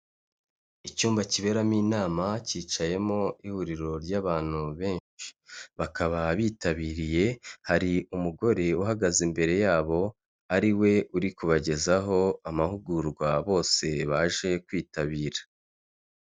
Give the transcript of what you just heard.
Icyumba kiberamo inama cyicayemo ihuriro ry'abantu benshi. Bakaba bitabiriye, hari umugore uhagaze imbere yabo, ariwe uri kubagezaho amahugurwa bose baje kwitabira.